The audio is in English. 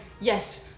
yes